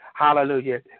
Hallelujah